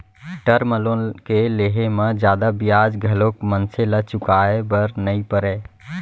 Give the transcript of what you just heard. term loan के लेहे म जादा बियाज घलोक मनसे ल चुकाय बर नइ परय